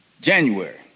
January